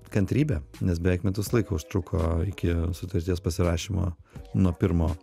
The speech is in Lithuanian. kantrybė nes beveik metus laiko užtruko iki sutarties pasirašymo nuo pirmo